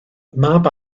mab